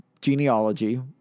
genealogy